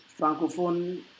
francophone